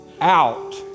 Out